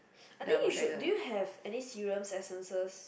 I think you should do you have any serum essences